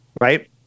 right